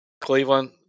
Cleveland